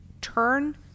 turn